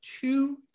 two